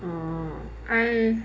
orh